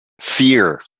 fear